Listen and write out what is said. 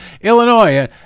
Illinois